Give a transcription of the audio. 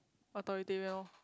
authoritative lor